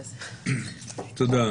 תודה.